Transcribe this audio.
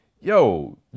yo